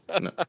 no